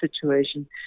situation